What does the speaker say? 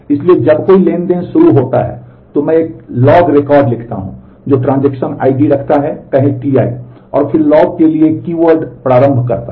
इसलिए जब कोई ट्रांज़ैक्शन शुरू होता है तो मैं एक लॉग रिकॉर्ड लिखता हूं जो ट्रांजेक्शन आईडी रखता है कहें Ti और फिर लॉग के लिए एक कीवर्ड प्रारंभ करता है